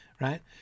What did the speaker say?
right